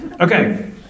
Okay